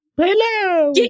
Hello